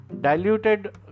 diluted